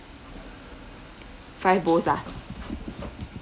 five bowls lah